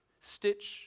stitch